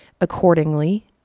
accordingly